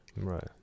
Right